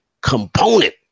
component